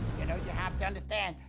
you know, you have to understand,